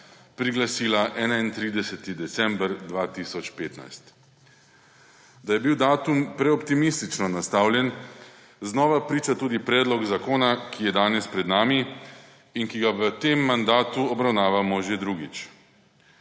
priglasila 31. december 2015. Da je bil datum preoptimistično nastavljen, znova priča tudi predlog zakona, ki je danes pred nami in ki ga v tem mandatu obravnavamo že drugič.